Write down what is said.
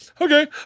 okay